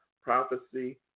Prophecy